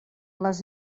les